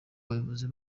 abayobozi